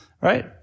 Right